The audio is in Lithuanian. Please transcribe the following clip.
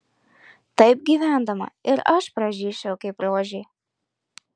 taip gyvendama ir aš pražysčiau kaip rožė